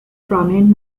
prominent